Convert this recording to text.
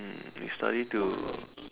um we study till